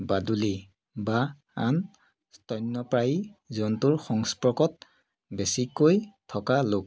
বাদুলি বা আন স্তন্যপায়ী জন্তুৰ সংস্পৰ্শত বেছিকৈ থকা লোক